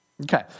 Okay